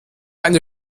eine